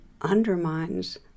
undermines